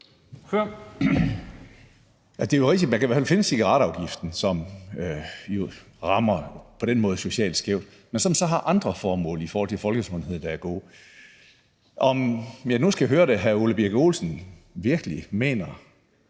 vel kan finde cigaretafgiften, som på den måde rammer socialt skævt, men som så har andre formål i forhold til folkesundheden, der er gode. Og hvis jeg nu skal høre, at hr. Ole Birk Olesen virkelig mener,